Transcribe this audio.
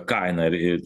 kainą ir ir